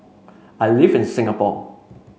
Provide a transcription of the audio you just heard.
I live in Singapore